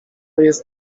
jest